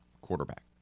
quarterback